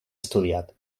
estudiat